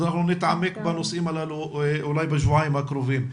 אנחנו נתעמק בנושאים האלה אולי בשבועיים הקרובים.